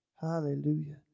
Hallelujah